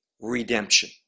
redemption